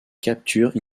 capture